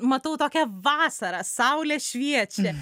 matau tokią vasarą saulė šviečia